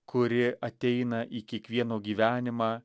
kuri ateina į kiekvieno gyvenimą